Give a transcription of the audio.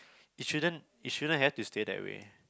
it shouldn't it shouldn't have to stay that way